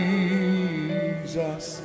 Jesus